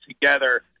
together